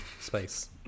space